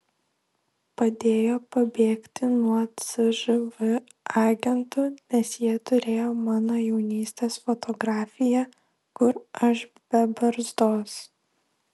padėjo pabėgti nuo cžv agentų nes jie turėjo mano jaunystės fotografiją kur aš be barzdos